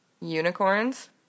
unicorns